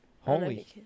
Holy